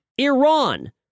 Iran